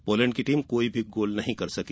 Poland की team कोई goal नहीं कर सकी